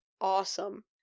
awesome